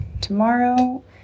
Tomorrow